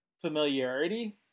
familiarity